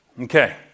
Okay